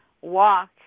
walk